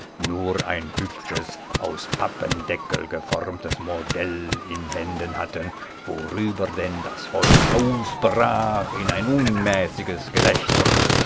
nur ein hübsches aus pappendeckel geformtes modell in händen hatten worüber denn das volk ausbrach in ein unmäßiges gelächter